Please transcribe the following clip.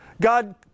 God